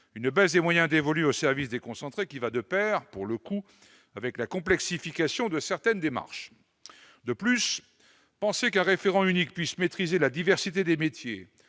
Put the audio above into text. une baisse des moyens dévolus aux services déconcentrés, qui va de Pair pour le coup avec la complexification de certaines démarches de plus penser qu'un référent unique puisse maîtriser la diversité des métiers